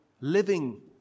living